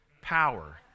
power